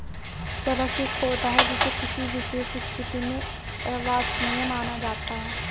चरस एक पौधा है जिसे किसी विशेष स्थिति में अवांछनीय माना जाता है